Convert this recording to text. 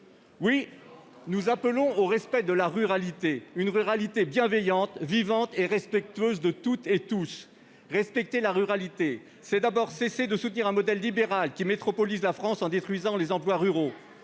Oui, nous appelons au respect de la ruralité ! Une ruralité bienveillante, vivante et respectueuse de toutes et de tous. Respecter la ruralité, c'est d'abord cesser de soutenir un modèle libéral qui métropolise la France, en détruisant les emplois ruraux.